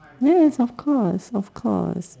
yes of course of course